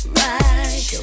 right